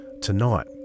tonight